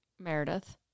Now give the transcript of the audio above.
Meredith